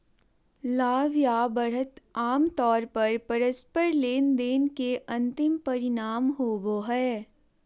लाभ या बढ़त आमतौर पर परस्पर लेनदेन के अंतिम परिणाम होबो हय